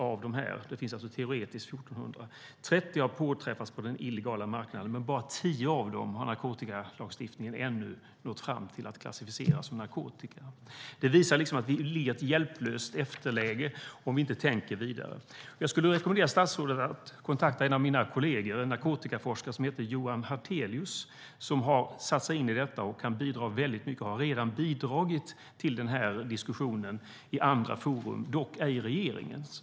Av dem har 220 syntetiserats, och 30 har påträffats på den illegala marknaden, men bara 10 av dem har narkotikalagstiftningen ännu nått fram till att klassificera som narkotika. Det visar att vi är hjälplöst efter om vi inte tänker vidare. Jag skulle rekommendera statsrådet att kontakta en av mina kolleger, en narkotikaforskare som heter Johan Hartelius, som har satt sig in i detta och kan bidra mycket. Han har redan bidragit till den här diskussionen i andra forum, dock ej i regeringen.